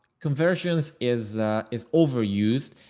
conversions is is overused.